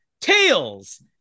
tails